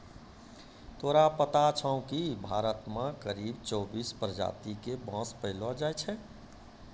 तोरा पता छौं कि भारत मॅ करीब चौबीस प्रजाति के बांस पैलो जाय छै